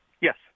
Yes